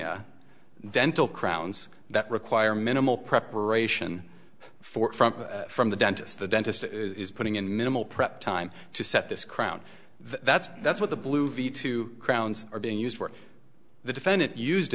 nia dental crowns that require minimal preparation for from the dentist the dentist is putting in minimal prep time to set this crown that's that's what the blue v two crowns are being used for the defendant used